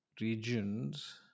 regions